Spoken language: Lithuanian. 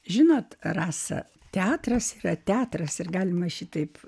žinot rasa teatras yra teatras ir galima šitaip